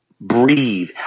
breathe